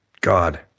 God